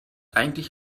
eigentlich